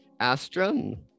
Astrum